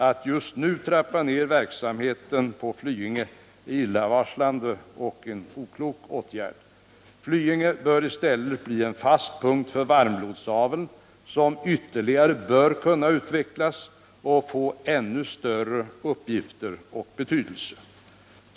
Att just nu trappa ned verksamheten på Flyinge är illavarslande och oklokt. Flyinge bör i stället bli en fast punkt för varmblodsaveln, som bör kunna utvecklas ytterligare och få ännu större uppgifter.